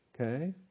Okay